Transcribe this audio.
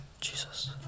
Jesus